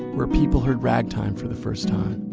where people heard ragtime for the first time.